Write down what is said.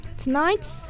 Tonight